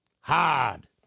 Hard